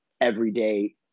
everyday